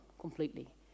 completely